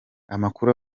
amakuru